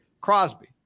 Crosby